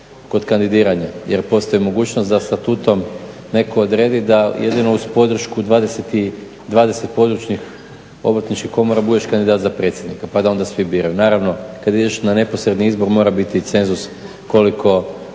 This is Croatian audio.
kod kandidiranja. Jer postoji mogućnost da statutom netko odredi da jedino uz podršku 20 područnih obrtničkih komora budeš kandidat za predsjednika. Pa da onda svi biraju. Naravno kada ideš na neposredni izbor mora biti i cenzus koliko